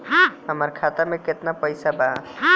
हमरा खाता में केतना पइसा बा?